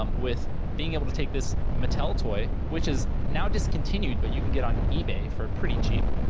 um with being able to take this mattel toy, which is now discontinued, but you can get on ebay for pretty cheap,